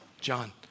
John